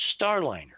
Starliner